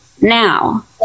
now